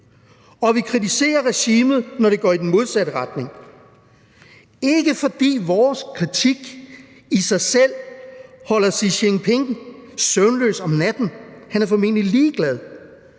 at vi kritiserer regimet, når det går i den modsatte retning, ikke fordi vores kritik i sig selv holder Xi Jinping søvnløs om natten, han er formentlig ligeglad,